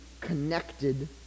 connected